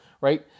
right